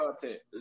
content